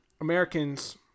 Americans